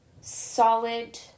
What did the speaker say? solid